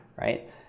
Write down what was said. right